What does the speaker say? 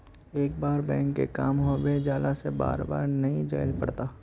एक बार बैंक के काम होबे जाला से बार बार नहीं जाइले पड़ता?